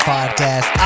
Podcast